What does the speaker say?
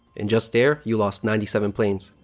and just there, you lost ninety seven planes.